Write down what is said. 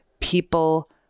people